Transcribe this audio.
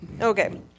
okay